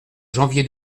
janvier